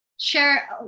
share